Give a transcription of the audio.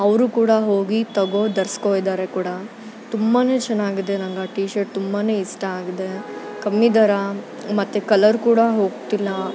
ಅವರೂ ಕೂಡ ಹೋಗಿ ತಗೋ ಧರಿಸ್ಕೋ ಇದ್ದಾರೆ ಕೂಡ ತುಂಬಾ ಚೆನ್ನಾಗಿದೆ ನಂಗೆ ಆ ಟಿ ಶರ್ಟ್ ತುಂಬಾ ಇಷ್ಟ ಆಗಿದೆ ಕಮ್ಮಿ ದರ ಮತ್ತು ಕಲರ್ ಕೂಡ ಹೋಗ್ತಿಲ್ಲ